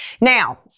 Now